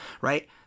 right